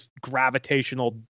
gravitational